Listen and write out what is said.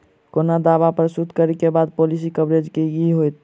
कोनो दावा प्रस्तुत करै केँ बाद पॉलिसी कवरेज केँ की होइत?